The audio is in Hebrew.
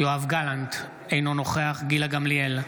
יואב גלנט, אינו נוכח גילה גמליאל,